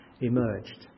emerged